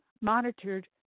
monitored